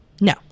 No